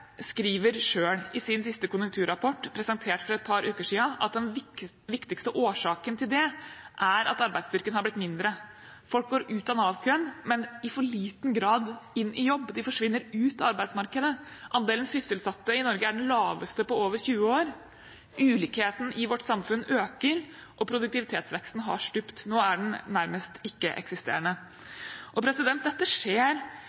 skriver i sin siste konjunkturrapport, presentert for et par uker siden, at den viktigste årsaken til det er at arbeidsstyrken er blitt mindre. Folk går ut av Nav-køen, men i for liten grad inn i jobb, de forsvinner ut av arbeidsmarkedet. Andelen sysselsatte i Norge er den laveste på over 20 år, ulikheten i vårt samfunn øker, og produktivitetsveksten har stupt. Nå er den nærmest ikke-eksisterende. Dette skjer selv om oljepengebruken gjennom perioden nesten er doblet. Skattekuttene har ikke